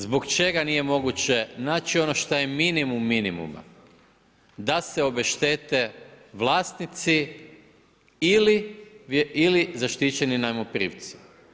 Zbog čega nije moguće naći ono što je minimum minimuma da se obeštete vlasnici ili zaštićeni najmoprimci.